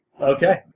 Okay